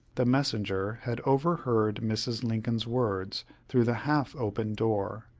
the messenger had overheard mrs. lincoln's words through the half-open door,